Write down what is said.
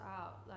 out